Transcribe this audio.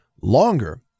longer